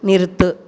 நிறுத்து